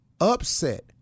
upset